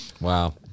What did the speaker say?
Wow